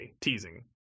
teasing